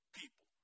people